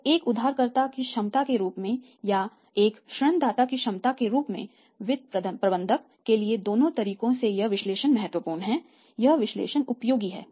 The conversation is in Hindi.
तो एक उधारकर्ता की क्षमता के रूप में या एक ऋण दाता की क्षमता के रूप में वित्त प्रबंधक के लिए दोनों तरीकों से यह विश्लेषण महत्वपूर्ण है यह विश्लेषण उपयोगी है